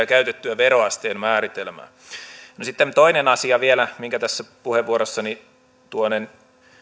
käytettyä veroasteen määritelmää sitten toinen asia vielä minkä tässä puheenvuorossani tuon